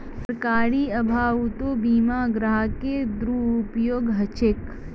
जानकारीर अभाउतो बीमा ग्राहकेर दुरुपयोग ह छेक